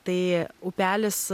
tai upelis